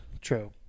True